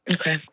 Okay